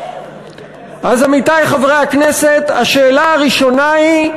אז, עמיתי חברי הכנסת, השאלה הראשונה היא,